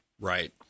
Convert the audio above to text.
Right